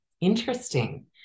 Interesting